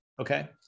okay